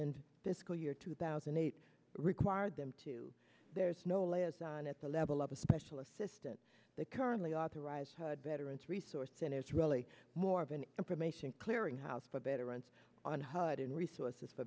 and the school year two thousand and eight required them to there's no layers on at the level of a special assistant that currently authorized veterans resource and it's really more of an information clearinghouse for veterans on hud and